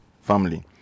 family